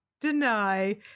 deny